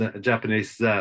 Japanese